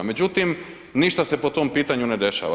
Međutim, ništa se po tom pitanju ne dešava.